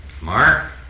Mark